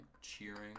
cheering